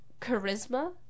charisma